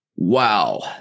Wow